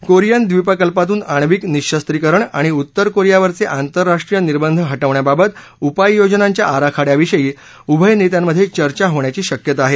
Korean द्वीपकल्पातून अण्विक निशस्त्रिकरण आणि उत्तर कोरियावरचे आंतरराष्ट्रीय निर्बंध हटवण्याबाबत उपाययोजनांच्या आराखड्याविषयी उभय नेत्यांमधे चर्चा होण्याची शक्यता आहे